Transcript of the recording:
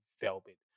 Velvet